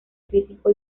crítico